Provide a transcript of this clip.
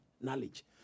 knowledge